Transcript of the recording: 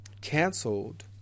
canceled